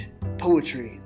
poetry